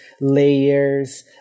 layers